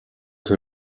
que